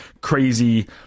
Crazy